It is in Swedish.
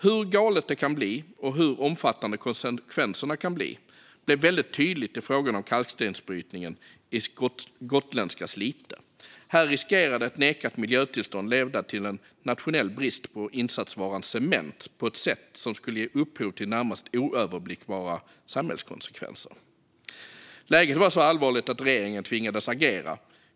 Hur galet det kan bli och hur omfattande konsekvenserna kan bli blev väldigt tydligt i frågan om kalkstensbrytningen i gotländska Slite. Ett nekat miljötillstånd riskerade att leda till nationell brist på insatsvaran cement på ett sätt som skulle ge upphov till närmast oöverblickbara samhällskonsekvenser. Läget var så allvarligt att regeringen tvingades agera.